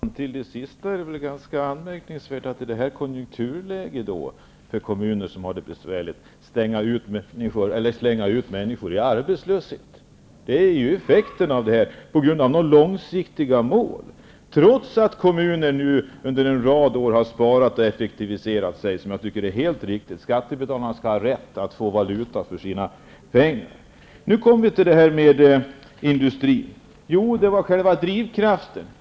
Herr talman! Med anledning av vad som sist sades är det väl ganska anmärkningsvärt att i det här konjunkturläget när det gäller kommuner som har det besvärligt kasta ut människor i arbetslöshet. Detta blir ju effekten av politiken med långsiktiga mål, trots att kommuner under en rad år har sparat och effektiviserat. Jag tycker att detta har varit helt riktigt. Skattebetalarna har rätt att få valuta för sina pengar. Nu kommer vi till frågan om industrin och själva drivkraften.